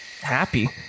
happy